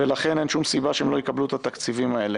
ולכן אין שום סיבה שהן לא יקבלו את התקציבים האלה.